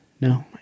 No